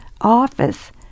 office